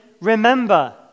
remember